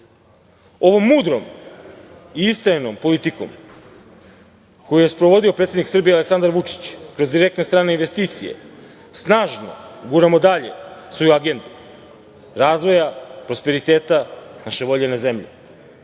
Ovom mudrom i istrajnom politikom koju je sprovodio predsednik Srbije Aleksandar Vučić, kroz direktne strane investicije, snažno guramo dalje svoju agendu razvoja prosperiteta naše voljene